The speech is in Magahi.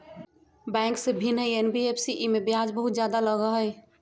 बैंक से भिन्न हई एन.बी.एफ.सी इमे ब्याज बहुत ज्यादा लगहई?